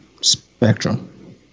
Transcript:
spectrum